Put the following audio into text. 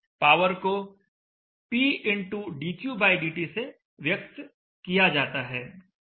power को PdQdt से व्यक्त किया जाता है